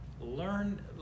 learn